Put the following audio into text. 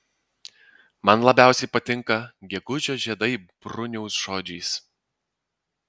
man labiausiai patinka gegužio žiedai bruniaus žodžiais